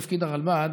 תקציב הרלב"ד,